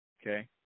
Okay